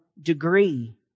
degree